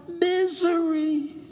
misery